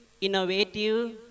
innovative